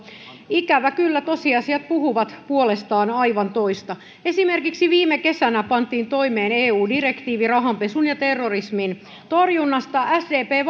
ikävä kyllä tosiasiat puhuvat puolestaan aivan toista esimerkiksi viime kesänä pantiin toimeen eu direktiivi rahanpesun ja terrorismin torjunnasta sdp